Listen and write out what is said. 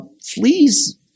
Fleas